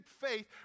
faith